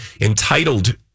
entitled